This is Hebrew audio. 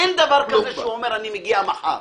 אין דבר כזה שהוא אומר, אני מגיע מחר.